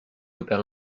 opère